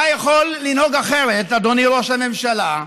אתה יכול לנהוג אחרת, אדוני ראש הממשלה,